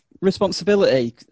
responsibility